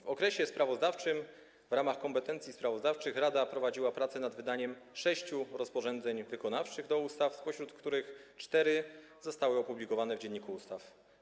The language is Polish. W okresie sprawozdawczym w ramach kompetencji sprawozdawczych Rada prowadziła prace nad wydaniem sześciu rozporządzeń wykonawczych do ustaw, spośród których cztery zostały opublikowane w Dzienniku Ustaw.